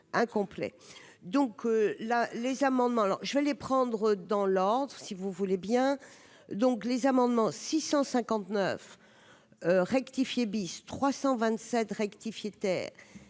incomplet. Donc là, les amendements, alors je vais les prendre dans l'ordre si vous voulez bien, donc les amendements 659 rectifié bis 327 rectifié terre